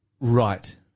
Right